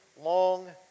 long